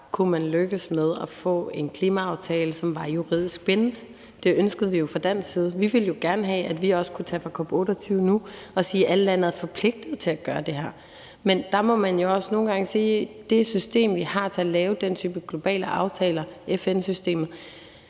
kunne lykkes med at få en klimaaftale, som var juridisk bindende. Det ønskede vi jo fra dansk side, og vi ville jo også gerne have, at vi nu kunne tage fra COP28 og sige, at alle landene er forpligtet til at gøre det her. Men der må man jo nogle gange også sige, at det system, som vi har til at lave den type globale aftaler – FN-systemet